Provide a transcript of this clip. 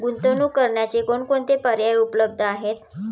गुंतवणूक करण्याचे कोणकोणते पर्याय उपलब्ध आहेत?